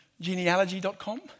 genealogy.com